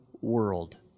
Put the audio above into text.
world